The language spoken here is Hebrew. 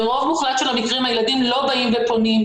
ברוב מוחלט של המקרים הילדים לא באים ופונים,